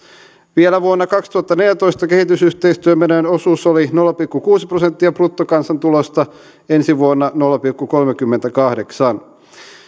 vielä vuonna kaksituhattaneljätoista kehitysyhteistyömenojen osuus oli nolla pilkku kuusi prosenttia bruttokansantulosta ensi vuonna nolla pilkku kolmekymmentäkahdeksan